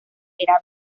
era